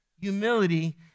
humility